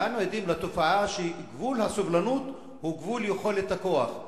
אנו עדים לתופעה שגבול הסובלנות הוא גבול יכולת הכוח.